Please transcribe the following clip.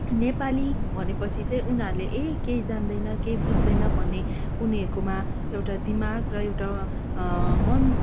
नेपाली भनेपछि चाहिँ उनीहरले ए केही जान्दैन केही बुझ्दैन भन्ने उनीहरूकोमा एउटा दिमाग र एउटा मन